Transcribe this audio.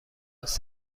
است